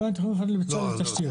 מתכוון תכנון מפורט לביצוע על תשתיות.